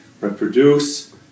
reproduce